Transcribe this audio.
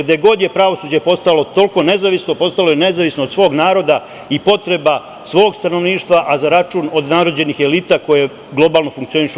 Gde god je pravosuđe postalo toliko nezavisno, postalo je nezavisno od svog naroda i potreba svog stanovništva, a za račun odnarođenih elita koje globalno funkcionišu vrlo dobro.